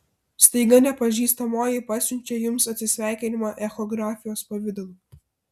staiga nepažįstamoji pasiunčia jums atsisveikinimą echografijos pavidalu